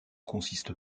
consiste